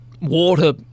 water